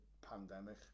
pandemic